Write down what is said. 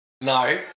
No